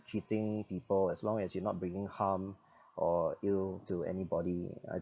cheating people as long as you're not bringing harm or ill to anybody I